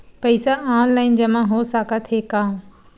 पईसा ऑनलाइन जमा हो साकत हे का?